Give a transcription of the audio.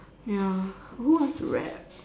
ya who wants to rap